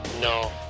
no